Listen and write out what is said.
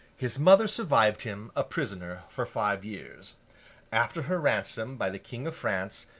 his mother survived him, a prisoner, for five years after her ransom by the king of france,